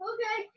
Okay